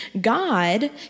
God